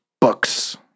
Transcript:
books